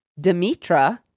Demetra